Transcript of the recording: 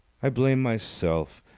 i blame myself!